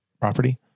property